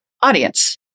audience